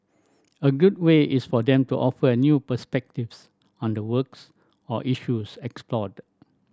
a good way is for them to offer new perspectives on the works or issues explored